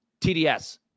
TDS